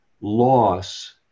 loss